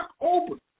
open